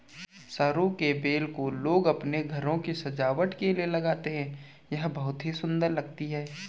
सरू की बेल को लोग अपने घरों की सजावट के लिए लगाते हैं यह बहुत ही सुंदर लगती है